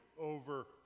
over